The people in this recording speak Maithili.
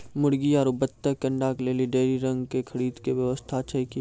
मुर्गी आरु बत्तक के अंडा के लेली डेयरी रंग के खरीद के व्यवस्था छै कि?